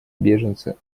беженцы